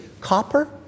copper